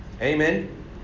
Amen